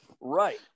Right